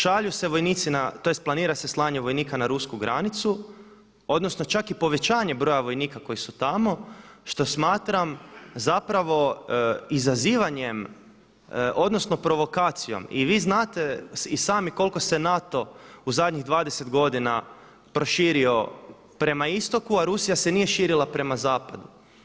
Šalju se vojnici tj. planira se slanje vojnika na rusku granicu odnosno čak i povećanje broja vojnika koji su tamo što smatram zapravo izazivanjem odnosno provokacijom i vi znate i sami koliko se NATO u zadnjih 20 godina proširio prema istoku, a Rusija se nije širila prema zapadu.